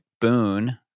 Boone